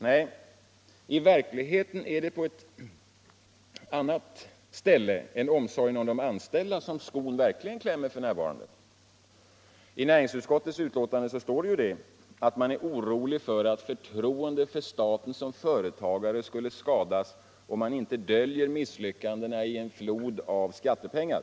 Nej, i verkligheten är det på ett annat ställe än omsorgen om de anställda som skon verkligen klämmer f. n. I näringsutskottets betänkande står det att man är orolig för att förtroendet för staten som företagare skulle skadas om man inte döljer misslyckandena i denna flod av skattepengar.